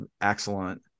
Excellent